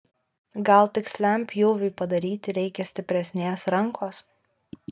gal tiksliam pjūviui padaryti reikia stipresnės rankos